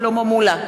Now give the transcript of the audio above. שלמה מולה,